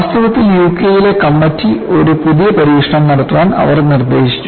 വാസ്തവത്തിൽ യുകെയിലെ കമ്മിറ്റി ഒരു പുതിയ പരീക്ഷണം നടത്താൻ അവർ നിർദ്ദേശിച്ചു